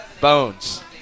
Bones